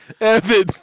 Evan